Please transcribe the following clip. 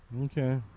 Okay